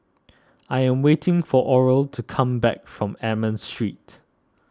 I am waiting for Oral to come back from Almond Street